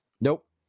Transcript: nope